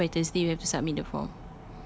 ya actually by thursday we have to submit the form